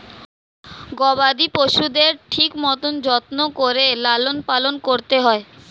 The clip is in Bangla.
গবাদি পশুদের ঠিক মতন যত্ন করে লালন পালন করতে হয়